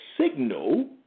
signal